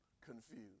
confused